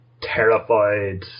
terrified